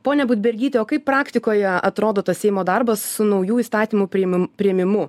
ponia budbergyte o kaip praktikoje atrodo tas seimo darbas su naujų įstatymų priėmim priėmimu